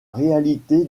réalité